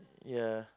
ya